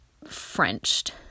frenched